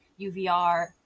uvr